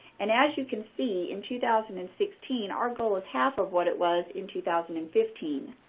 and as you can see, in two thousand and sixteen our goal is half of what it was in two thousand and fifteen.